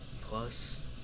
plus